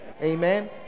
Amen